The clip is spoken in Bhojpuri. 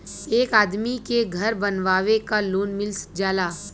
एक आदमी के घर बनवावे क लोन मिल जाला